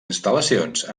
instal·lacions